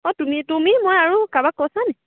অঁ তুমি তুমি মই আৰু কাৰোবাক কৈছা নি